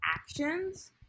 actions